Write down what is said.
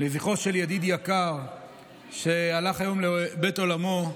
לזכרו של ידיד יקר שהלך היום לבית עולמו,